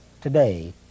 today